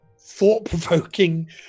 thought-provoking